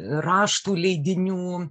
raštų leidinių